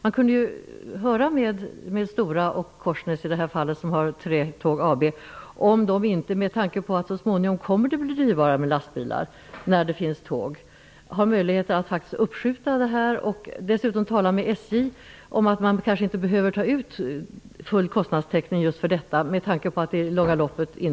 Man kunde höra efter med Stora och Korsnäs, som har Trätåg AB, om de inte har möjlighet att skjuta upp sina planer, med tanke på att det så småningom kommer att bli dyrbarare med lastbilar när det finns tåg. Dessutom borde man tala med SJ om att det kanske inte behövs full kostnadstäckning just för detta.